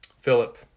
Philip